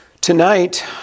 Tonight